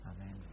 Amen